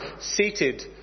seated